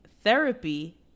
Therapy